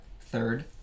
third